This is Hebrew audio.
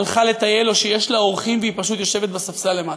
הלכה לטייל או שיש לה אורחים והיא פשוט יושבת על ספסל למטה.